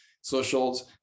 socials